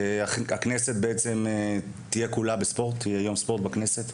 הכנסת תהיה כולה בספורט; יהיה יום ספורט בכנסת.